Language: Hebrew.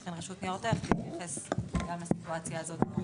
לכן הרשות לניירות ערך צריכים להתייחס גם לסיטואציה הזאת.